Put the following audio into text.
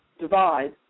divide